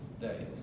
days